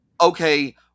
okay